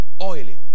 oily